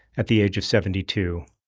at the age of seventy two.